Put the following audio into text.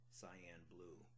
cyan-blue